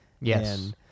yes